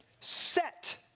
set